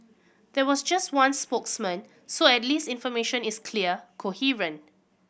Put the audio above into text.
there was just one spokesman so at least information is clear coherent